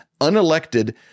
unelected